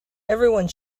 everyone